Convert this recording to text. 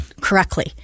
correctly